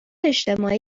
اجتماعی